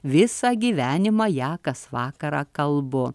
visą gyvenimą ją kas vakarą kalbu